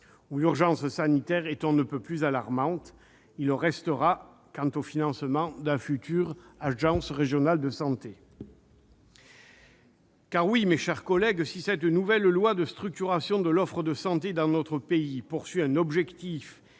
où l'urgence sanitaire est on ne peut plus alarmante. Il le restera quant au financement de la future agence régionale de santé. Mes chers collègues, si cette nouvelle loi de structuration de l'offre de santé dans notre pays a pour objectif